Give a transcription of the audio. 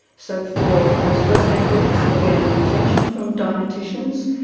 so for those first eight weeks they are getting attention from dieticians.